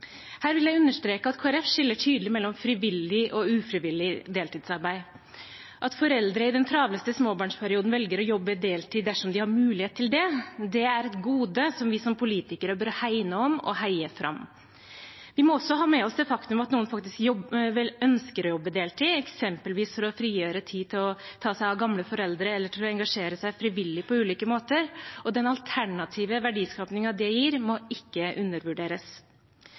Her vil jeg understreke at Kristelig Folkeparti skiller tydelig mellom frivillig og ufrivillig deltidsarbeid. At foreldre i den travleste småbarnsperioden velger å jobbe deltid dersom de har mulighet til det, er et gode som vi som politikere bør hegne om og heie fram. Vi må også ha med oss det faktum at noen faktisk ønsker å jobbe deltid, eksempelvis for å frigjøre tid til å ta seg av gamle foreldre eller til å engasjere seg frivillig på ulike måter, og den alternative verdiskapingen det gir, må ikke undervurderes.